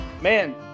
man